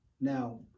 Now